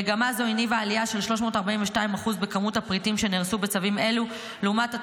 מגמה זו הניבה עלייה של 342% במספר הפריטים שנהרסו בצווים אלו לעומת,